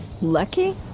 Lucky